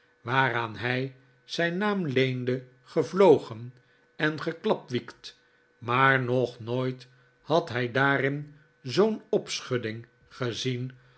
waaraan hij zijn naam leende r gevlogen en geklapwiekt maar nog nooit had hij daarin zoo'n opschudding gezien